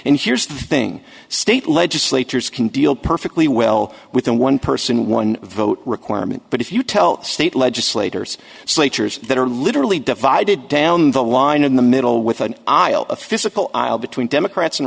and here's the thing state legislatures can deal perfectly well within one person one vote requirement but if you tell state legislators slater's that are literally divided down the line in the middle with an aisle of physical aisle between democrats and